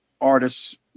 artists